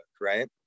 right